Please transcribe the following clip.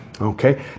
Okay